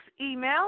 email